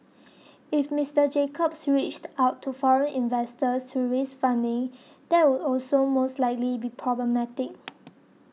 if Mister Jacobs reached out to foreign investors to raise funding that would also most likely be problematic